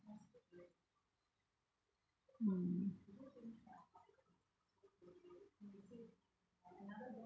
mm